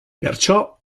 perciò